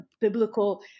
biblical